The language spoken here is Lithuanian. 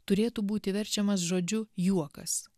turėtų būti verčiamas žodžiu juokas